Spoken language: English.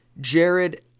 Jared